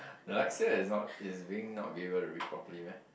Dyslexia is not is being not be able to read properly meh